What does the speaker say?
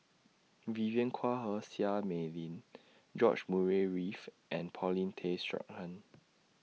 Vivien Quahe Seah Mei Lin George Murray Reith and Paulin Tay Straughan